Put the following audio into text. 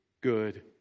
good